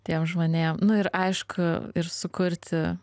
tiem žmonėm nu ir aišku ir sukurti